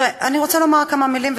אני רוצה לומר כמה מילים,